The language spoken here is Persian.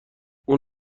اون